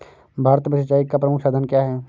भारत में सिंचाई का प्रमुख साधन क्या है?